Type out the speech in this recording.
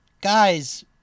guys